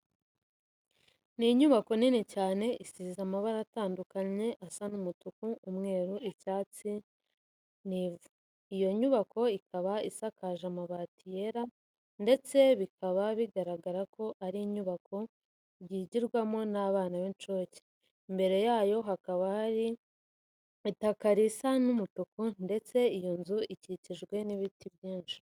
Ni inyubako nini cyane isize amabara atandukanye asa umutuku, umweru, icyatsi n'ivu. Iyo nyubako ikaba isakaje amabati yera ndetse bikaba bigaragara ko ari inyubako yigirwamo n'abana b'incuke. Imbere yayo hakaba hari itaka risa umutuku ndetse iyo nzu ikikijwe n'ibiti byinshi.